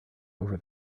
over